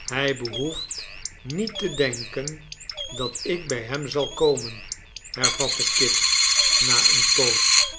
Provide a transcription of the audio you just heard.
hij behoeft niet te denken dat ik bij hem zal komen i hervatte kit na eene poos